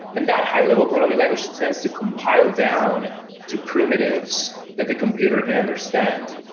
and that high-level programming language tends to compile down to primitives that the computer can understand.